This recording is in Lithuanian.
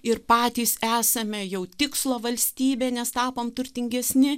ir patys esame jau tikslo valstybė nes tapom turtingesni